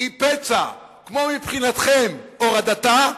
היא פצע, כמו מבחינתכם הורדתה,